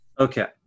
Okay